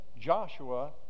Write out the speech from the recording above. Joshua